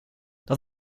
dat